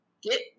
Get